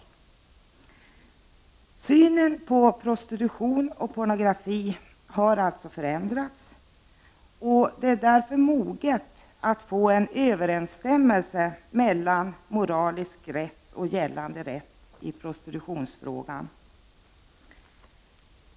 Synen på prostitution och pornografi har alltså förändrats. Tiden är därför mogen att få till stånd en överensstämmelse mellan moralisk rätt och gällande rätt i prostitutionsfrågan.